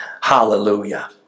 Hallelujah